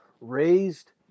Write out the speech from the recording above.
raised